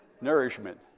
Nourishment